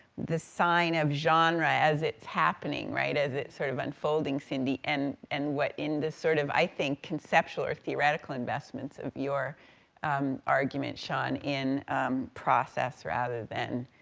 this sign of genre as it's happening, right, as it's sort of unfolding, cindy, and and what, in this sort of, i think, conceptual, or theoretical investments of your argument, sean, in process, rather than,